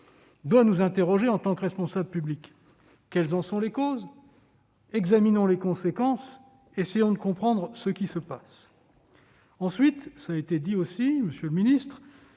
doit nous interroger en tant que responsables publics. Quelles en sont les causes ? Examinons les conséquences et essayons de comprendre ce qui se passe. Ensuite, cela a été dit également, monsieur le secrétaire